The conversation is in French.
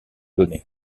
donnée